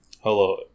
Hello